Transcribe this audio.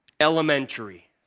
elementary